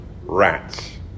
rats